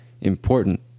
important